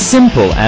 Simple